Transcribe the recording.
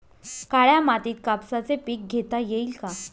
काळ्या मातीत कापसाचे पीक घेता येईल का?